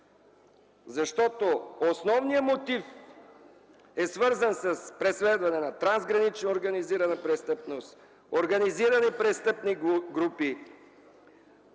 Основният мотив е свързан с преследване на трансгранична организирана престъпност, организирани престъпни групи,